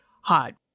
hot